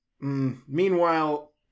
Meanwhile